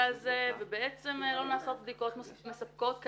הזה ובעצם לא נעשות בדיקות מספיק מספקות,